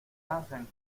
pasen